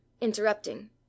interrupting